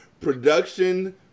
Production